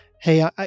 hey